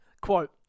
Quote